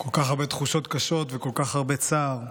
כל כך הרבה תחושות קשות וכל כך הרבה צער.